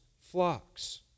flocks